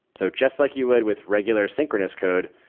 so just like you would with regular synchronous code,